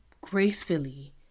gracefully